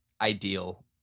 ideal